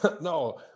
No